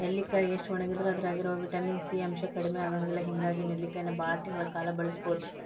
ನೆಲ್ಲಿಕಾಯಿ ಎಷ್ಟ ಒಣಗಿದರೂ ಅದ್ರಾಗಿರೋ ವಿಟಮಿನ್ ಸಿ ಅಂಶ ಕಡಿಮಿ ಆಗಂಗಿಲ್ಲ ಹಿಂಗಾಗಿ ನೆಲ್ಲಿಕಾಯಿನ ಬಾಳ ತಿಂಗಳ ಕಾಲ ಬಳಸಬೋದು